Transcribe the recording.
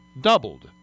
doubled